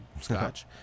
scotch